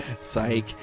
psych